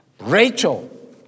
Rachel